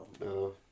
No